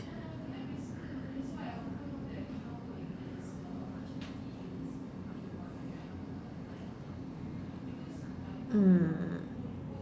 mm